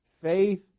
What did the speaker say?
Faith